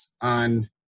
on